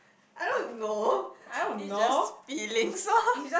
I don't know is just feelings oh